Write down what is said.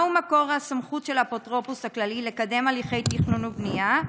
1. מהו מקור הסמכות של האפוטרופוס הכללי לקדם הליכי תכנון ובנייה?